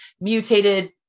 mutated